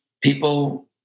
people